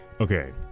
Okay